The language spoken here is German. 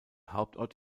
hauptort